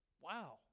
Wow